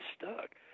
stuck